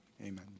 amen